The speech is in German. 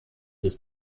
des